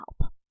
help